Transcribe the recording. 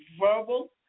verbal